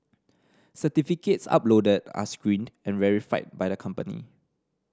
certificates uploaded are screened and verified by the company